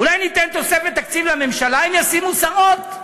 אולי ניתן תוספת תקציב לממשלה אם ישימו שרות?